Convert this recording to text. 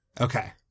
Okay